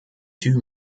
two